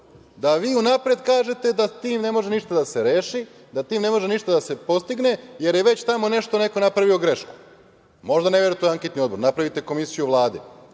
da i unapred kažete da time ne može ništa da se reši, da time ne može ništa da se postigne jer je već tamo neko napravio grešku. Možda ne valja tu anketni odbor. Napraviti komisiju Vlade.